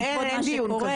בעקבות מה שקורה.